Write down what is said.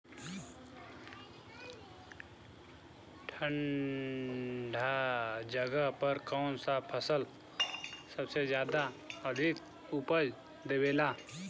ठंढा जगह पर कौन सा फसल सबसे ज्यादा अच्छा उपज देवेला?